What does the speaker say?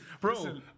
bro